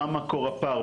מה מקור הפער?